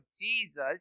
Jesus